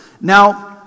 Now